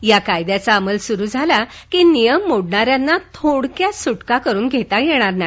या कायद्याचा अंमल सुरू झाला की नियम मोडणाऱ्यांना थोडक्यात सुटका करून घेता येणार नाही